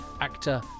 actor